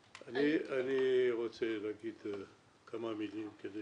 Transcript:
אני רוצה להגיד כמה מילים כדי שנבין